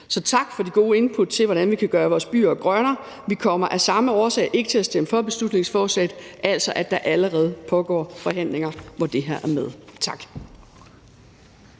Så tak for de gode input til, hvordan vi kan gøre vores byer grønnere. Vi kommer af samme årsag ikke til at stemme for beslutningsforslaget, altså fordi der allerede pågår forhandlinger, hvor det her er med. Tak.